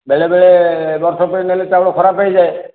ବେଳେବେଳେ ବର୍ଷକ ପାଇଁ ନେଲେ ଚାଉଳ ଖରାପ ହେଇଯାଏ